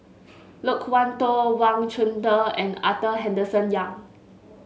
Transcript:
Loke Wan Tho Wang Chunde and Arthur Henderson Young